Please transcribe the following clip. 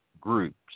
groups